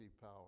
power